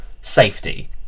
safety